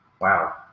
Wow